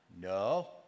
No